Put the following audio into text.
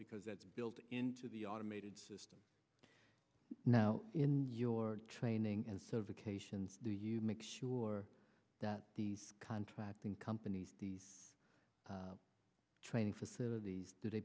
because that's built into the automated system now in your training and certification do you make sure that these contracting companies these training facilities do they